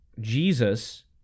Jesus